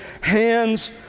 hands